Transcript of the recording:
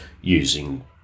using